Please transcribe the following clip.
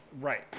Right